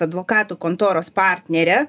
advokatų kontoros partnerė